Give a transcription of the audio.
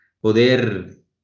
poder